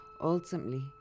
ultimately